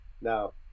Now